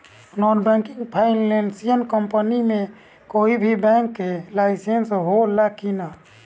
Non banking financial company मे कोई भी बैंक के लाइसेन्स हो ला कि ना?